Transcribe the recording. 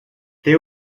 they